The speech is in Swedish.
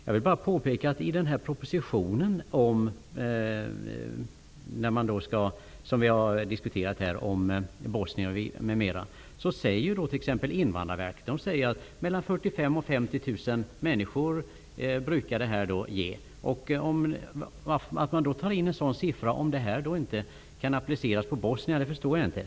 Jag vill bara påpeka att i samband med propositionen som vi har diskuterat här om Bosnien m.m. säger t.ex. människor brukar anhöriginvandringen uppgå till. Att man nämner en sådan siffra, om den inte kan appliceras på bosnierna, förstår jag inte.